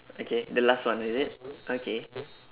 okay the last one is it okay